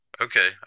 okay